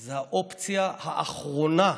זה האופציה האחרונה.